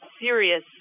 serious